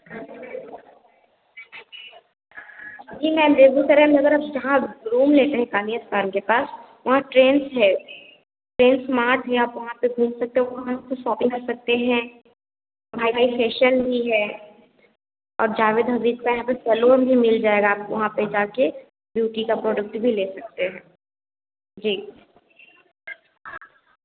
जी ma'am Begusarai में अगर आप जहाँ रूम लेते हैं काली स्थान के पास वहाँ ट्रेंस हैं ट्रेन से मार्ट भी आप वहाँ पर घूम सकते हो वहाँ से शॉपिंग कर सकते हैं भाई भाई फ़ैशन भी है और जावेद हबीब का यहाँ पर सैलून भी मिल जाएगा आपको वहाँ पर जाकर ब्यूटी का प्रोडक्ट भी ले सकते हैं जी